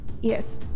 Yes